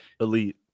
elite